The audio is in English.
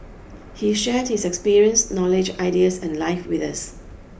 he shared his experience knowledge ideas and life with us